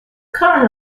current